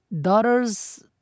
daughter's